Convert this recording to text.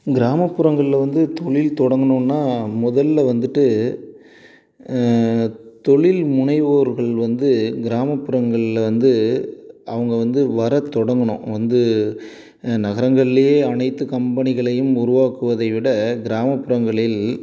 கிராமப்புறங்களில் வந்து தொழில் தொடங்குணுன்னா முதலில் வந்துவிட்டு தொழில் முனைவோர்கள் வந்து கிராமப்புறங்களில் வந்து அவங்க வந்து வர தொடங்கணும் வந்து நகரங்கள்லேயே அனைத்து கம்பெனிகளையும் உருவாக்குவதை விட கிராமப்புறங்களில்